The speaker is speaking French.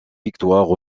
victoires